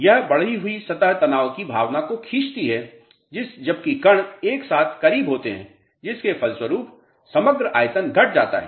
यह बढ़ी हुई सतह तनाव की भावना को खींचती है जबकि कण एक साथ करीब होते हैं जिसके परिणामस्वरूप समग्र आयतन घट जाता है